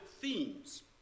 themes